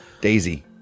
Daisy